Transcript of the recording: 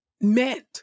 meant